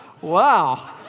Wow